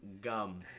gum